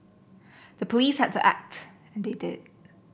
the police had to act and they did